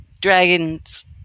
dragons